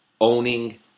owning